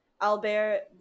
Albert